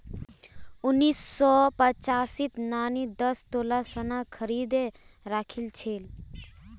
उन्नीस सौ पचासीत नानी दस तोला सोना खरीदे राखिल छिले